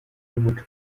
n’umuco